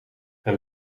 een